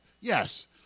Yes